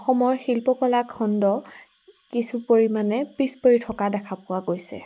অসমৰ শিল্পকলা খণ্ড কিছু পৰিমাণে পিছ পৰি থকা দেখা পোৱা গৈছে